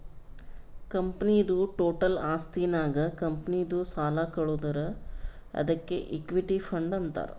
ಕಂಪನಿದು ಟೋಟಲ್ ಆಸ್ತಿ ನಾಗ್ ಕಂಪನಿದು ಸಾಲ ಕಳದುರ್ ಅದ್ಕೆ ಇಕ್ವಿಟಿ ಫಂಡ್ ಅಂತಾರ್